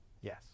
Yes